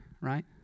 right